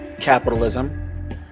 capitalism